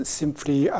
simply